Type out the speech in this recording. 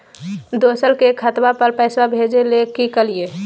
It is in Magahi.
दोसर के खतवा पर पैसवा भेजे ले कि करिए?